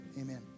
Amen